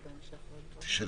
בבקשה.